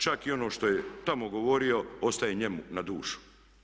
Čak i ono što je tamo govorio ostaje njemu na dušu.